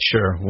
Sure